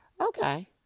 Okay